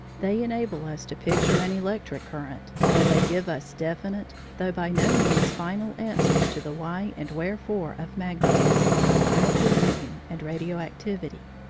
they enable us to picture an electric current, and they give us definite, though by no means final, answers to the why and wherefore of magnetism, chemical union, and radio-activity.